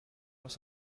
was